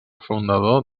fundador